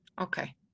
Okay